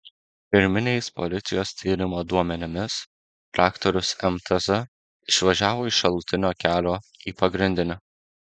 pirminiais policijos tyrimo duomenimis traktorius mtz išvažiavo iš šalutinio kelio į pagrindinį